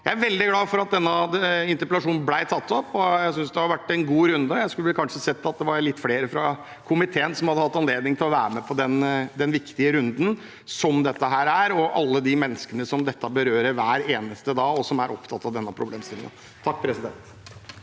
Jeg er veldig glad for at denne interpellasjonen ble fremmet, og jeg synes det har vært en god runde. Jeg skulle kanskje sett at det var litt flere fra komiteen som hadde hatt anledning til å være med på den viktige runden dette er – med tanke på alle de menneskene som dette berører hver eneste dag, og som er opptatt av denne problemstillingen. Tone Wilhelmsen